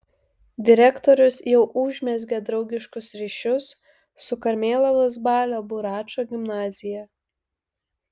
direktorius jau užmezgė draugiškus ryšius su karmėlavos balio buračo gimnazija